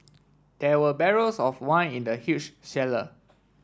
there were barrels of wine in the huge cellar